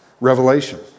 Revelation